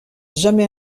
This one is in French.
jamais